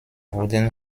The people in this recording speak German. wurden